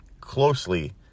closely